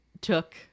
took